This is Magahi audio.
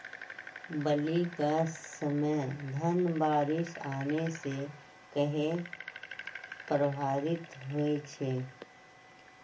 बली क समय धन बारिस आने से कहे पभवित होई छई?